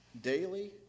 daily